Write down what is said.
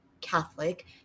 catholic